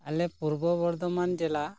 ᱟᱞᱮ ᱯᱩᱨᱵᱚ ᱵᱚᱨᱫᱷᱚᱢᱟᱱ ᱡᱮᱞᱟ